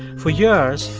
for years,